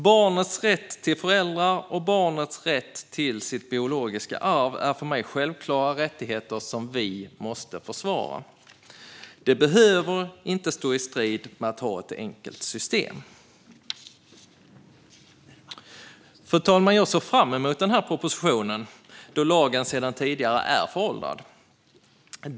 Barnets rätt till föräldrar och barnets rätt till sitt biologiska arv är för mig självklara rättigheter som vi måste försvara. Det behöver inte stå i strid med att ha ett enkelt system. Fru talman! Jag såg fram emot den här propositionen, då lagen sedan tidigare är föråldrad.